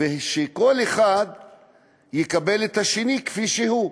ושכל אחד יקבל את השני כפי שהוא.